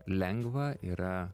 lengva yra